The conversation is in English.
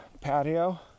patio